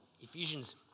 Ephesians